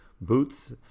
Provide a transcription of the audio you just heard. boots